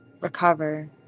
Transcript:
recover